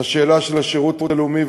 לשאלה של השירות הלאומי,